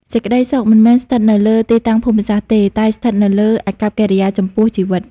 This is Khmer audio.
សេចក្តីសុខមិនមែនស្ថិតនៅលើ "ទីតាំងភូមិសាស្ត្រ" ទេ តែស្ថិតនៅលើ "អាកប្បកិរិយាចំពោះជីវិត"។